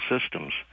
systems